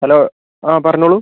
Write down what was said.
hello പറഞ്ഞോളൂ